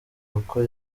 uko